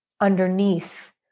underneath